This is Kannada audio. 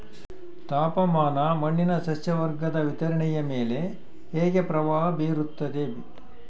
ತಾಪಮಾನ ಮಣ್ಣಿನ ಸಸ್ಯವರ್ಗದ ವಿತರಣೆಯ ಮೇಲೆ ಹೇಗೆ ಪ್ರಭಾವ ಬೇರುತ್ತದೆ?